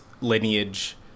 lineage